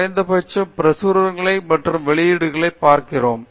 குறைந்தபட்சம் பிரசுரங்களையும் மற்றும் வெளியீடுகளையும் பார்க்கிறோம்